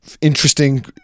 Interesting